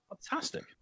Fantastic